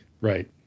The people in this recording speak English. Right